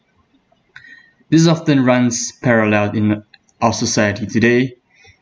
this often runs parallel in th~ our society today